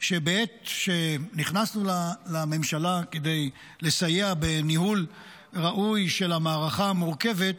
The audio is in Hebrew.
שבעת שנכנסנו לממשלה כדי לסייע בניהול ראוי של המערכה המורכבת,